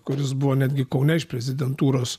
kuris buvo netgi kaune iš prezidentūros